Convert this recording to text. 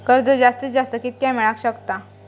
कर्ज जास्तीत जास्त कितक्या मेळाक शकता?